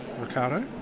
Ricardo